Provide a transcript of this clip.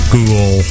Google